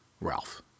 Ralph